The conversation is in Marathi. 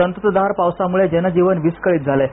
संततधार पावसामुळे जनजीवन विस्कळीत झालं आहे